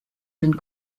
sind